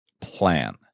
plan